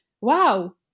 Wow